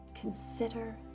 Consider